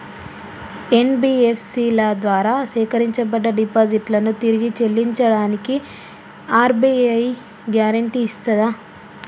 NBFC ల ద్వారా సేకరించబడ్డ డిపాజిట్లను తిరిగి చెల్లించడానికి ఆర్.బి.ఐ గ్యారెంటీ ఇస్తదా?